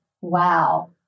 wow